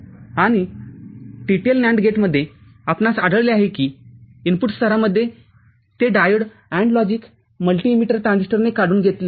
आणि TTL NAND गेटमध्ये आपणास आढळले आहे की इनपुट स्तरामध्ये ते diode AND logic multi emitter ट्रान्झिस्टरने काढले गेले आहे